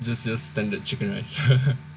just just standard chicken rice